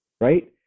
Right